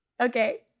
Okay